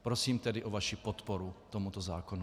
Prosím tedy o vaši podporu tomuto zákonu.